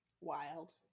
Wild